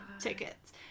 tickets